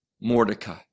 Mordecai